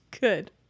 good